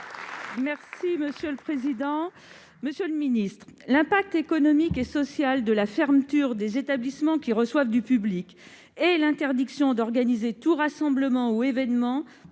et moyennes entreprises. Monsieur le ministre, l'impact économique et social de la fermeture des établissements qui reçoivent du public et l'interdiction d'organiser tout rassemblement ou événement